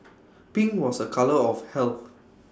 pink was A colour of health